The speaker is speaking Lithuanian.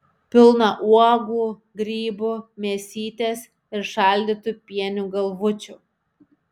pilną uogų grybų mėsytės ir šaldytų pienių galvučių